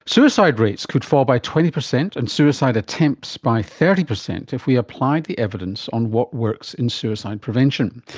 suicide rates could fall by twenty percent, and suicide attempts by thirty percent if we applied the evidence on what works in suicide prevention.